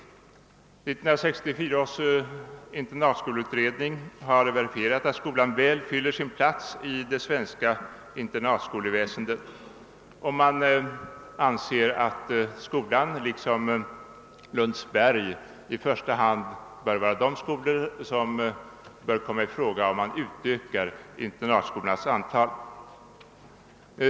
1964 års internatskoleutredning har verifierat, att skolan väl fyller sin plats i det svenska internatskoleväsendet, och man anser att skolan liksom Lundsberg i första hand bör ifrågakomma, om man utökar riksinternatskolornas antal.